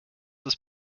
ist